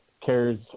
cares